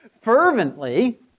Fervently